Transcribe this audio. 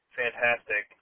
fantastic